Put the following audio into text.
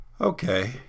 Okay